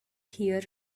here